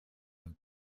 have